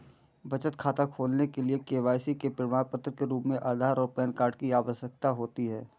बचत खाता खोलने के लिए के.वाई.सी के प्रमाण के रूप में आधार और पैन कार्ड की आवश्यकता होती है